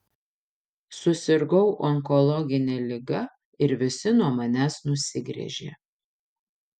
susirgau onkologine liga ir visi nuo manęs nusigręžė